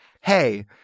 hey